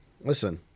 Listen